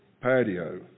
patio